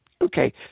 Okay